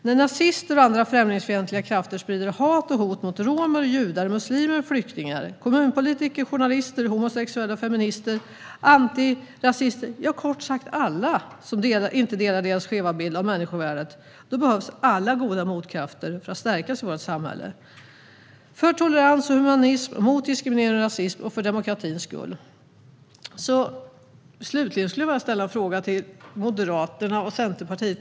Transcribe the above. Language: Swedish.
När nazister och andra främlingsfientliga krafter sprider hat och hot mot romer, judar, muslimer, flyktingar, kommunpolitiker, journalister, homosexuella, feminister och antirasister - ja, kort sagt alla som inte delar deras skeva bild av människovärdet - behövs alla goda motkrafter för att stärka vårt samhälle. De behövs för tolerans och humanism, mot diskriminering och rasism och för demokratins skull. Slutligen skulle jag vilja ställa en fråga till Moderaterna och Centerpartiet.